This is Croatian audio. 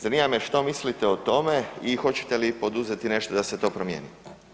Zanima me što mislite o tome i hoćete li poduzeti nešto da se to promijeni?